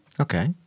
Okay